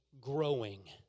growing